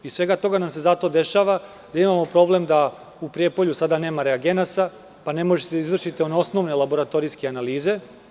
Iz svega toga nam se zato dešava da imamo problem da u Prijepolju sada nema reagenasa, pa ne možete da izvršite osnovne laboratorijske analize.